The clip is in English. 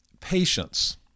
patience